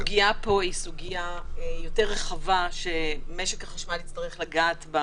הסוגיה פה יותר רחבה, ומשק החשמל יצטרך לגעת בה